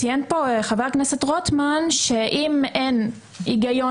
ציין חבר הכנסת רוטמן שאם אין היגיון